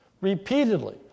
Repeatedly